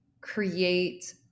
create